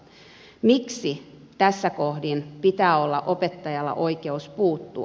miksi tässä kohdin pitää olla opettajalla oikeus puuttua